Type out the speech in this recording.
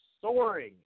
soaring